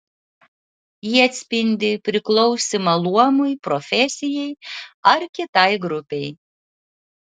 jie atspindi priklausymą luomui profesijai ar kitai grupei